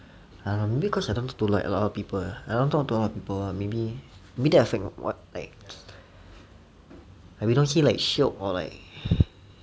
err maybe cause I don't talk to a lot of people I don't talk to a lot of people maybe that affect what like like we don't say like shiok or like